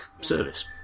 service